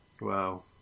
Wow